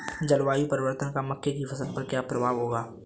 जलवायु परिवर्तन का मक्के की फसल पर क्या प्रभाव होगा?